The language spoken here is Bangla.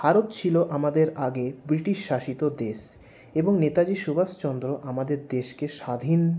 ভারত ছিল আমাদের আগে ব্রিটিশ শাসিত দেশ এবং নেতাজী সুভাষচন্দ্র আমাদের দেশকে স্বাধীন